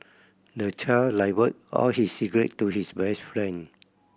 the child all his secret to his best friend